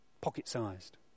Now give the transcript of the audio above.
pocket-sized